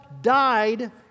died